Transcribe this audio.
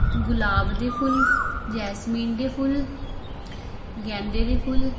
ਗੁਲਾਬ ਦੇ ਫੁੱਲ ਜੈਸਮੀਨ ਦੇ ਫੁੱਲ ਗੈਂਦੇ ਦੇ ਫੁੱਲ